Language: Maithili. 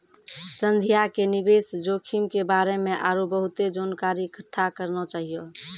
संध्या के निवेश जोखिम के बारे मे आरु बहुते जानकारी इकट्ठा करना चाहियो